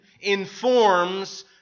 informs